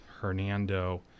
Hernando